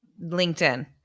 LinkedIn